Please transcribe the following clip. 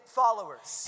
followers